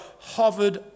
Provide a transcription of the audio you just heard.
hovered